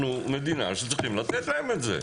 אנחנו כמדינה צריכים לתת להם את זה.